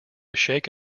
shake